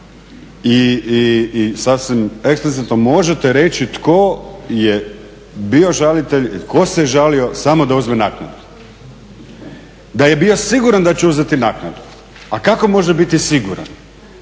i sasvim eksplicitno možete reći tko je bio žalitelj i tko se žalio samo da uzme naknadu. Da je bio siguran da će uzeti naknadu. A kako može biti siguran?